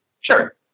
Sure